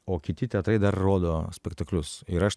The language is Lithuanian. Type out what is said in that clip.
o kiti teatrai dar rodo spektaklius ir aš